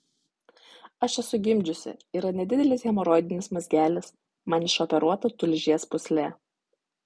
aš esu gimdžiusi yra nedidelis hemoroidinis mazgelis man išoperuota tulžies pūslė